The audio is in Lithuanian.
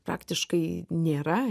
praktiškai nėra